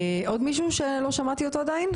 יש עוד מישהו שלא שמענו עדיין?